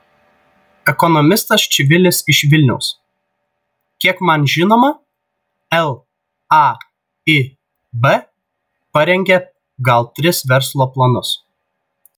ekonomistas čivilis iš vilniaus kiek man žinoma laib parengė gal tris verslo planus